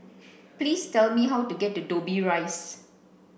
please tell me how to get to Dobbie Rise